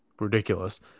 ridiculous